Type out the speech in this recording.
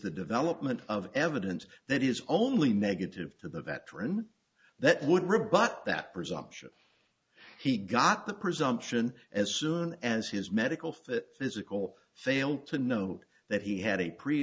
the development of evidence that is only negative to the veteran that would rebut that presumption he got the presumption as soon as his medical fit physical failed to note that he had a